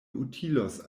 utilos